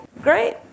great